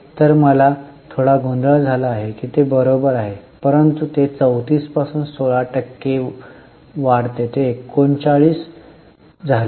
तर मला थोडा गोंधळ झाला की ते बरोबर आहे परंतु ते 34 पासून 16 टक्के वाढते ते 39 झाले